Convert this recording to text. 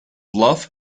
love